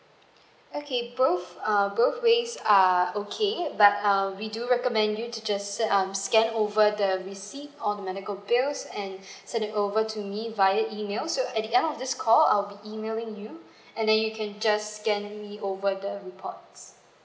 okay both uh both ways are okay but uh we do recommend you to just um scan over the receipts of medical bills and send it over to me via email so at the end of this call I'll be emailing you and then you can just scan me over the reports